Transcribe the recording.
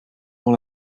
dans